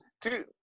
two